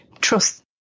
trust